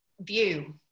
view